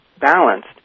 balanced